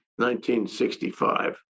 1965